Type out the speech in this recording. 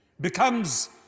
becomes